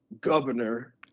governor